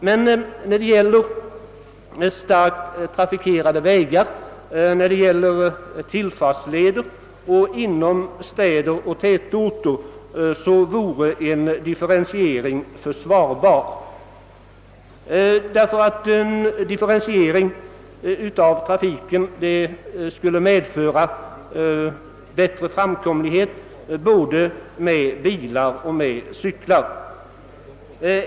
Men när det gäller starkt trafikerade vägar, tillfartsleder och gator och vägar inom städer och tätorter vore en differentiering redan nu försvarbar. En sådan differentiering skulle medföra bättre framkomlighet för såväl bilister som cyklister.